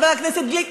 חבר הכנסת גליק,